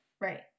Right